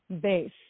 base